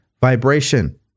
vibration